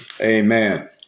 Amen